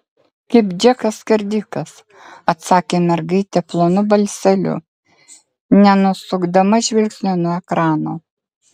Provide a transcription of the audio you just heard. kaip džekas skerdikas atsakė mergaitė plonu balseliu nenusukdama žvilgsnio nuo ekrano